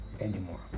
anymore